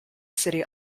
city